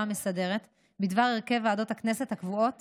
המסדרת בדבר הרכב ועדות הכנסת הקבועות